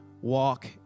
walk